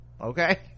okay